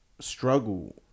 struggle